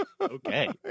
okay